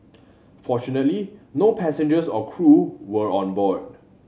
fortunately no passengers or crew were on board